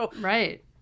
Right